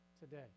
today